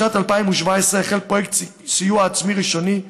בשנת 2017 החל פרויקט סיוע עצמי ראשוני,